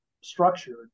structured